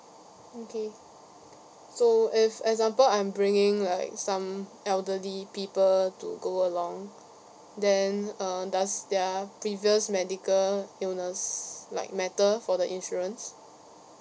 okay so if example I'm bringing like some elderly people to go along then uh does their previous medical illness like matter for the insurance